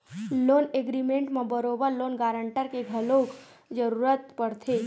loan agreement म बरोबर loan guarantor के घलो जरुरत पड़थे